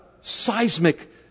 seismic